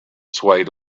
swayed